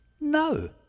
No